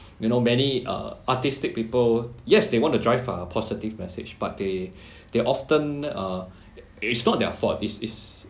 you know many uh artistic people yes they want to drive a positive message but they they often uh it's not their fault it's it's